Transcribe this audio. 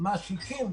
מעסיקים,